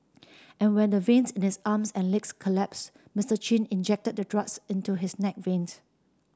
and when the veins in his arms and legs collapse Mister Chin injected the drugs into his neck veins